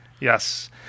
Yes